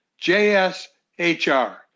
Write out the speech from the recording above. JSHR